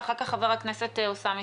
ואחר כך חבר הכנסת אוסאמה